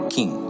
King